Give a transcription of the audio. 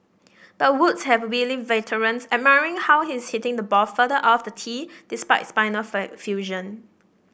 but Woods has wily veterans admiring how he is hitting the ball further off the tee despite spinal fusion